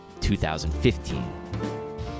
2015